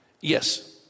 Yes